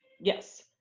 Yes